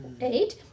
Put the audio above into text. eight